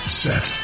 set